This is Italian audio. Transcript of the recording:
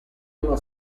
uno